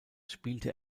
spielte